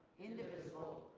indivisible,